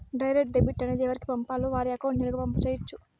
direct debit అనేది ఎవరికి పంపాలో వారి అకౌంట్ నేరుగా పంపు చేయొచ్చు